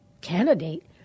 candidate